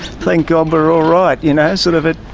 thank god we're all right, you know? sort of, it,